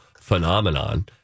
phenomenon